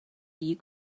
you